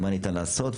מה ניתן לעשות,